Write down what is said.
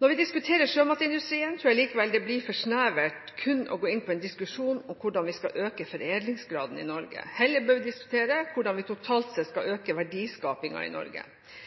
Når vi diskuterer sjømatindustrien, tror jeg likevel det blir for snevert kun å gå inn på en diskusjon om hvordan vi skal øke foredlingsgraden i Norge. Heller bør vi diskutere hvordan vi totalt sett skal øke verdiskapingen i Norge.